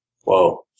Whoa